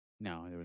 No